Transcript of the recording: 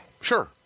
Sure